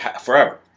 forever